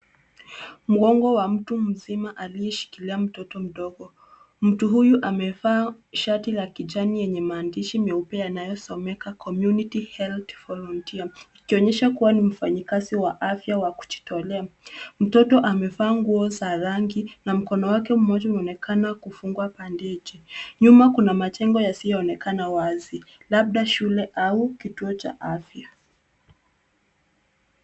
Mgongo wa mtu mzima aliyeshikilia mtoto. Mtoto huyu amevaa shati la kijani lenye maandishi meupe yanayosomeka community health volunteer ikionyesha kuwa ni mfanyikazi wa afya wa kujitolea. Mtoto amevaa nguo za rangi na mkono wake mmoja unaonekana kufungwa bandeji. Nyuma kuna majengo yasiyoonekana wazi labda shule au kituo cha afya.